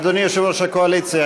אדוני יושב-ראש הקואליציה,